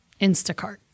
Instacart